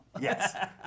Yes